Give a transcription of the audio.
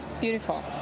beautiful